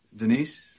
Denise